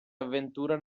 avventura